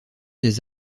des